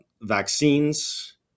vaccines